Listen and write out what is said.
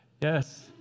Yes